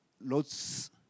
lots